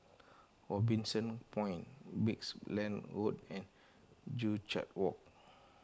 Robinson Point Brickland Road and Joo Chiat Walk